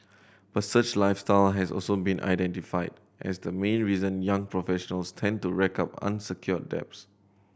but such lifestyle has also been identified as the main reason young professionals tend to rack up unsecured debts